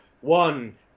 one